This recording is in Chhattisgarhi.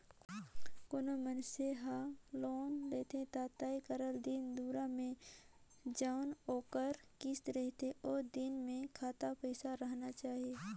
कोनो मइनसे हर लोन लेथे ता तय करल दिन दुरा में जउन ओकर किस्त रहथे ओ दिन में खाता पइसा राहना चाही